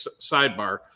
sidebar